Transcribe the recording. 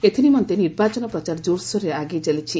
ଏଥିନିମନ୍ତେ ନିର୍ବାଚନ ପ୍ରଚାର କୋରସୋରରେ ଆଗେଇ ଚାଲିଛି